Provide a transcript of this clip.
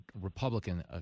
Republican